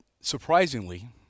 surprisingly